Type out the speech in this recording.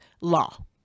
law